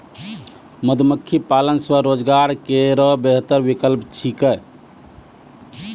मधुमक्खी पालन स्वरोजगार केरो बेहतर विकल्प छिकै